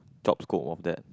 job scope of that